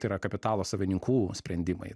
tai yra kapitalo savininkų sprendimai